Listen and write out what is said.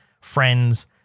friends